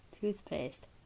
Toothpaste